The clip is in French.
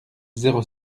zéro